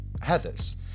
Heathers